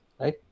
right